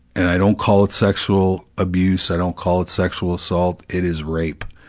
and i don't call it sexual abuse, i don't call it sexual assault, it is rape.